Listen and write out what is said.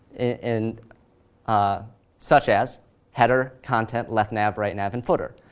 and ah such as header, content, leftnav, rightnav, and footer.